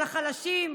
על החלשים.